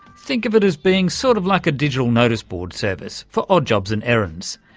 think of it as being sort of like a digital notice-board service for odd jobs and errands.